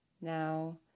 Now